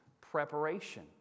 preparation